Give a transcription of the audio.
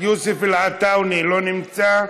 יוסף עטאונה, לא נמצא,